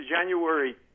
January